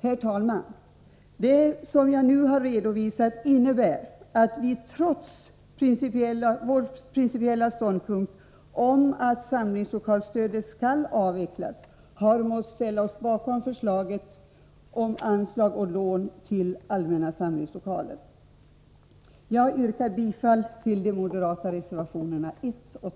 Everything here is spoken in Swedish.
Herr talman! Det som jag nu har redovisat innebär att vi trots vår principiella ståndpunkt om att samlingslokalsstödet skall avvecklas har måst ställa oss bakom förslaget om anslag och lån till allmänna samlingslokaler. Jag yrkar bifall till de moderata reservationerna 1 och 2.